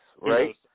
right